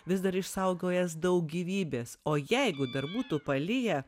vis dar išsaugojęs daug gyvybės o jeigu dar būtų paliję